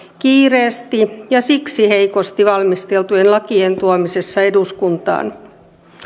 kiireesti ja siksi heikosti valmisteltujen lakien tuomisessa eduskuntaan